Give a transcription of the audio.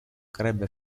crebbe